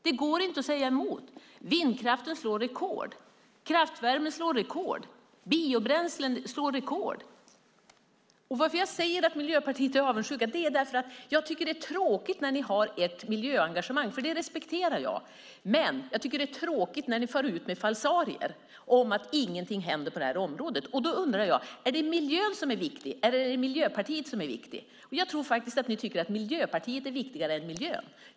Det går inte att säga emot. Vindkraften slår rekord, kraftvärmen slår rekord, och biobränslena slår rekord. Att jag säger att ni i Miljöpartiet är avundsjuka beror på att jag tycker att det är tråkigt att när ni har ert miljöengagemang, vilket jag respekterar, far ut med falsarier om att ingenting händer på detta område. Då undrar jag: Är det miljön som är viktig, eller är det Miljöpartiet som är viktigt? Jag tror faktiskt att ni tycker att Miljöpartiet är viktigare än miljön.